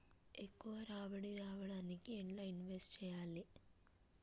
ఎక్కువ రాబడి రావడానికి ఎండ్ల ఇన్వెస్ట్ చేయాలే?